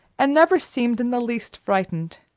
and never seemed in the least frightened.